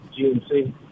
GMC